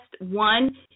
one